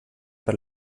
per